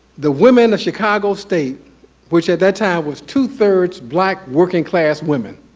the women of chicago state which at that time was two-thirds black working class women,